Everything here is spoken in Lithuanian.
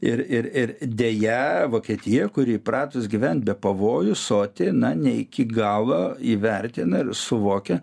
ir ir ir deja vokietija kuri įpratus gyvent be pavojų soti na ne iki galo įvertina ir suvokia